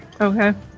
Okay